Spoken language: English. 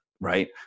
right